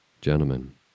Gentlemen